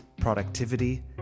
productivity